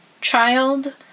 child